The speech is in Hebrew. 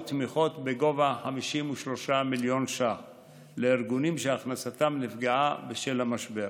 תמיכות בגובה 53 מיליון שקלים לארגונים שהכנסתם נפגעה בשל המשבר.